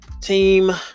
team